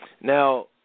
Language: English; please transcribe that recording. Now